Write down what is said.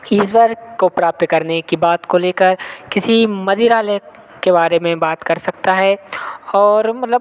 ईश्वर को प्राप्त करने की बात को लेकर किसी मदिरालय के बारे में बात कर सकता है और मतलब